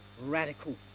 radical